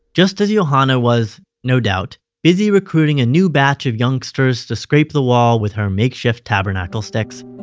just as yohanna was no doubt busy recruiting a new batch of youngsters to scrape the wall with her makeshift tabernacle sticks,